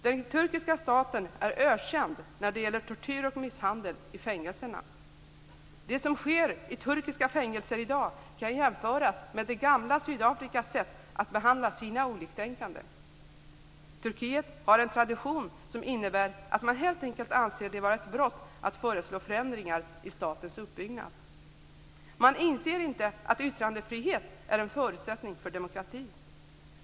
Den turkiska staten är ökänd när det gäller tortyr och misshandel i fängelserna. Det som sker i turkiska fängelser i dag kan jämföras med det gamla Sydafrikas sätt att behandla sina oliktänkande. Turkiet har en tradition som innebär att man helt enkelt anser det vara ett brott att föreslå förändringar i statens uppbyggnad. Man inser inte att yttrandefrihet är en förutsättning för demokrati.